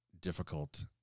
difficult